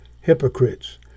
hypocrites